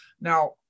now